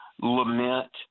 lament